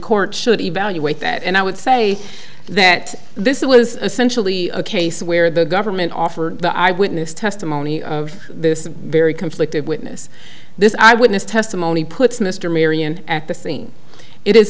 court should evaluate that and i would say that this was essentially a case where the government offered the eyewitness testimony of this very conflicted witness this eyewitness testimony puts mr marion at